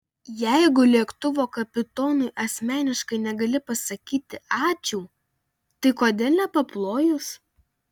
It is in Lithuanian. jeigu lėktuvo kapitonui asmeniškai negali pasakyti ačiū tai kodėl nepaplojus